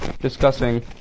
discussing